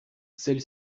celle